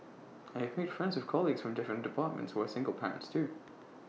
I have made friends with colleagues from different departments who are single parents too